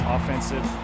Offensive